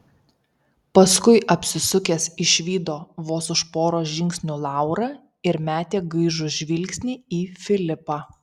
paskui apsisukęs išvydo vos už poros žingsnių laurą ir metė gaižų žvilgsnį į filipą